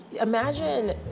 imagine